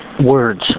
words